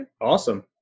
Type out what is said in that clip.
awesome